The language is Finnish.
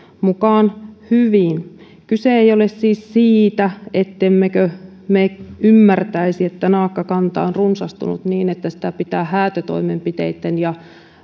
mukaan hyvin kyse ei ole siis siitä ettemmekö me ymmärtäisi että naakkakanta on runsastunut niin että sitä pitää häätötoimenpiteitten ja